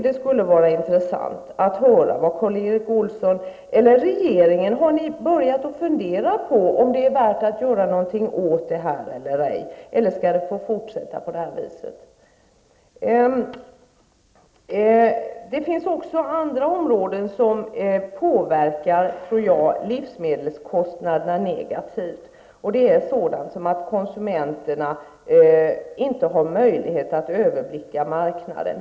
Det skulle vara intressant att höra om Karl Erik Olsson eller regeringen har börjat fundera på om det är värt att göra någonting åt det här eller om det skall få fortsätta på detta sätt. Det finns också andra saker som påverkar livsmedelskostnaderna negativt, och det är sådant som att konsumenterna inte har möjlighet att överblicka marknaden.